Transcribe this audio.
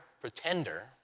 pretender